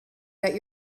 that